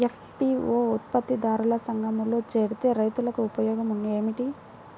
FPO ఉత్పత్తి దారుల సంఘములో చేరితే రైతులకు ఉపయోగము ఏమిటి?